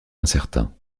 incertain